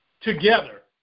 together